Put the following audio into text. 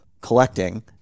collecting